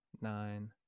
nine